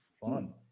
fun